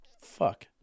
fuck